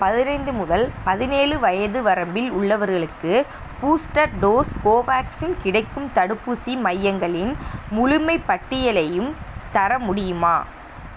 பதினைந்து முதல் பதினேழு வயது வரம்பில் உள்ளவர்களுக்கு பூஸ்டர் டோஸ் கோவேக்சின் கிடைக்கும் தடுப்பூசி மையங்களின் முழுமைப் பட்டியலையும் தர முடியுமா